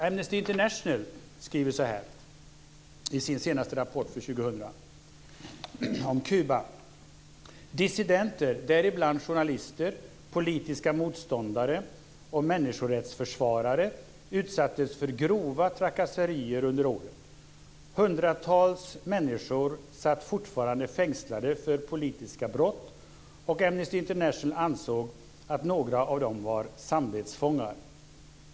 Amnesty International skriver så här i sin senaste rapport för 2000 om Kuba: Dissidenter, däribland journalister, politiska motståndare och människorättsförsvarare, utsattes för grova trakasserier under året. Hundratals människor satt fortfarande fängslade för politiska brott, och Amnesty International ansåg att några av dem var samvetsfångar.